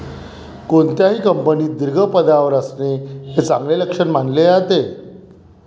कोणत्याही कंपनीत दीर्घ पदावर असणे हे चांगले लक्षण मानले जाते